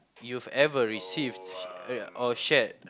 you've ever received uh or shared